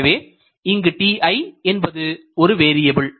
எனவே இங்கு ti என்பது ஒரு வேரியபில்